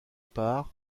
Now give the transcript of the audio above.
par